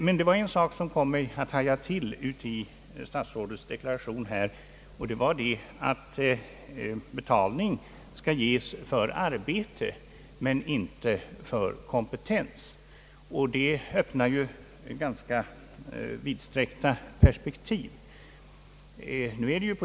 Jag reagerar emellertid mot vad statsrådet sade nu senast, att betalning skall ges för arbete men inte för kompetens. Det uttalandet öppnar ganska vidsträckta perspektiv.